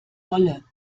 wolle